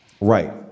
Right